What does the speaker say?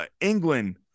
England